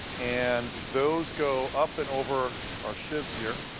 and those go up and over our shivs here.